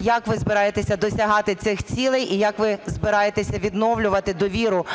Як ви збираєтеся досягати цих цілей? І як ви збираєтеся відновлювати довіру